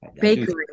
bakery